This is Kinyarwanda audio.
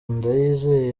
ndayizeye